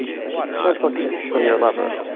it's like a gentle kiss from your lover,